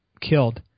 killed